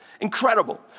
incredible